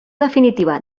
definitiva